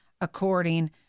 according